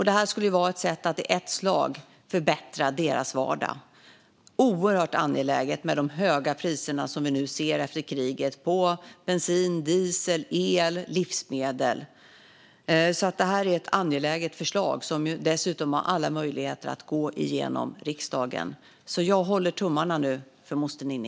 Detta skulle vara ett sätt att i ett slag förbättra deras vardag, vilket är oerhört angeläget med tanke på de höga priser vi ser på bensin, diesel, el och livsmedel till följd av kriget. Det här är ett angeläget förslag, som dessutom har alla möjligheter att gå igenom i riksdagen. Jag håller tummarna för moster Ninni.